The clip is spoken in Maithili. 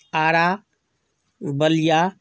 आरा बलिया